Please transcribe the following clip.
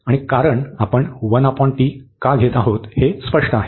आणि कारण आपण का घेत आहोत हे स्पष्ट आहे